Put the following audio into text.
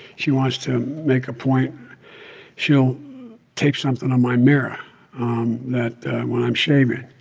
she wants to make a point she'll take something on my mirror um that when i'm shaving.